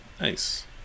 Nice